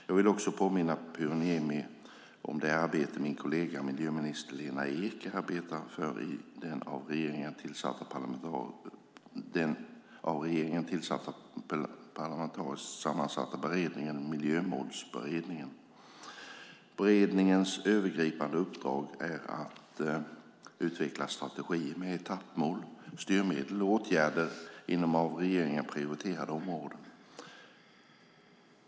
Jag vill också påminna Pyry Niemi om det arbete min kollega, miljöminister Lena Ek, ansvarar för i den av regeringen tillsatta parlamentariskt sammansatta beredningen Miljömålsberedningen. Beredningens övergripande uppdrag är att utveckla strategier med etappmål, styrmedel och åtgärder inom av regeringen prioriterade områden.